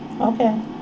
Okay